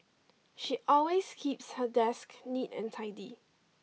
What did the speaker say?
she always keeps her desk neat and tidy